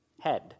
head